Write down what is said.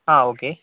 ആ ഓക്കെ